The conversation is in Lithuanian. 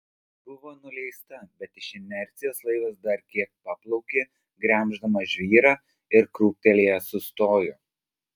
buvo nuleista bet iš inercijos laivas dar kiek paplaukė gremždamas žvyrą ir krūptelėjęs sustojo